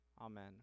Amen